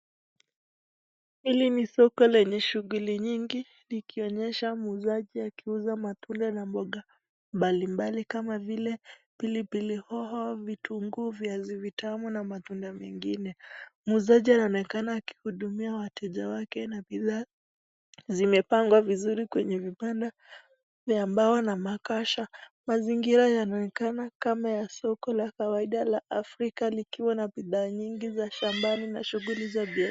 Hili ni soko lenye shughuli nyigi likionyesha muuzaji akiuza matunda na mboga mbalimbali kama vile pilipili hoho, vitunguu, viazi vitamu na matunda mengine. Muuzaji anaonekana akihudumia wateja wake na bidhaa zimepangwa vizuri kwenye vibanda vya mbao na makasha. Mazingira yanaonekanana kama ya soko la kawaida la Afrika likiwa na bidhaa nyingi za shambani na shughuli za bia...